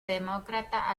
demócrata